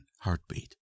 Heartbeat